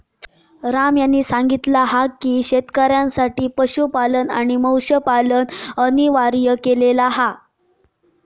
राम यांनी सांगितला हा की शेतकऱ्यांसाठी पशुपालन आणि मत्स्यपालन अनिवार्य केलेला हा